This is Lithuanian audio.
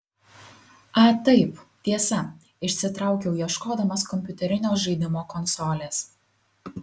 a taip tiesa išsitraukiau ieškodamas kompiuterinio žaidimo konsolės